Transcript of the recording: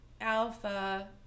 alpha